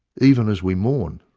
even as we mourn.